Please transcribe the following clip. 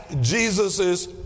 Jesus's